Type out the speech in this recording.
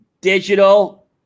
Digital